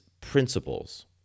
principles